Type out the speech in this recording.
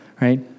right